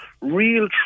real